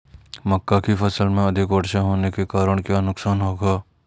मक्का की फसल में अधिक वर्षा होने के कारण क्या नुकसान होगा?